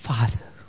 Father